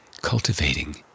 cultivating